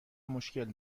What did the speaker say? مشکل